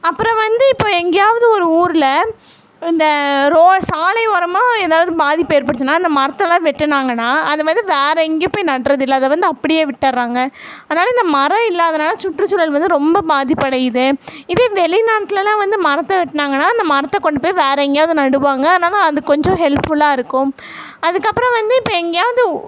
அப்புறம் வந்து இப்போ எங்கேயாவது ஒரு ஊரில் இந்த ரோ சாலை ஓரமா ஏதாவது பாதிப்பு ஏற்பட்டுச்சினா அந்த மரத்தெல்லாம் வெட்டுனாங்கன்னால் அதை வந்து வேற எங்கேயும் போய் நடுறது இல்லை அதை வந்து அப்படியே விட்டுறாங்க அதனால இந்த மரம் இல்லாதனால் சுற்றுச்சூழல் வந்து ரொம்ப பாதிப்பு அடையுது இதே வெளிநாட்லலாம் வந்து மரத்தை வெட்டுனாங்கன்னா அந்த மரத்தை கொண்டுபோய் வேற எங்கேயாவது நடுவாங்க அதனால அது கொஞ்சம் ஹெல்ப்ஃபுல்லா இருக்கும் அதுக்கப்புறம் வந்து இப்போ எங்கேயாவது